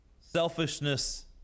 Selfishness